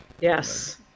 Yes